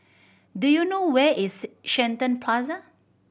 do you know where is Shenton Plaza